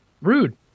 Rude